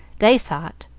they thought.